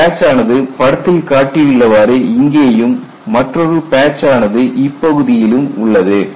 ஒரு பேட்ச் ஆனது படத்தில் காட்டியுள்ளவாறு இங்கேயும் மற்றொரு பேட்ச் ஆனது இப்பகுதியிலும் உள்ளது